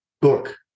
book